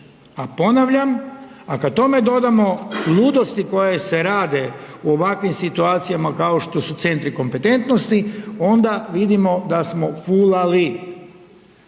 A ponavljam, a kada tome dodamo ludosti koje se rade u ovakvim situacijama kao što su centri kompetentnosti onda vidimo da smo fulali,